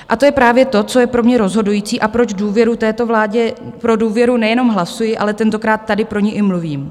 A to je právě to, co je pro mě rozhodující a proč důvěru této vládě, pro důvěru nejenom hlasuji, ale tentokrát tady pro ni i mluvím.